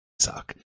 suck